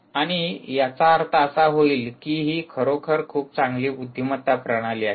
आणि याचा अर्थ असा होईल की ही खरोखर खूप चांगली बुद्धिमत्ता प्रणाली आहे